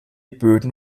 böden